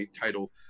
title